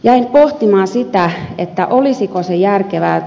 jäin pohtimaan sitä olisiko se järkevää